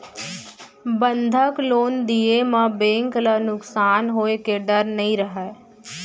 बंधक लोन दिये म बेंक ल नुकसान होए के डर नई रहय